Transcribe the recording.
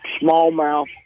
smallmouth